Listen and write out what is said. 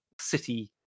city